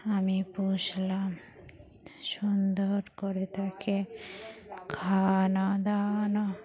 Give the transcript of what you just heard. আমি পুষলাম সুন্দর করে তাকে খাওয়ানো দাওয়ানো